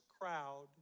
crowd